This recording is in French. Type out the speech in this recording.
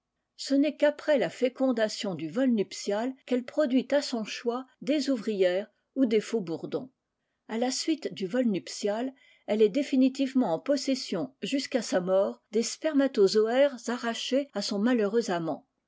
ce n'est qu'après la fécondation du vol nuptial qu'elle produit à son choix des ouvrières ou des faux bourdons a la suite du vol nuptial elle est définitivement en possession jusqu'à sa mort des spermatozoaires arrachés à son